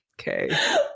okay